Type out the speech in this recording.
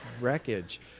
wreckage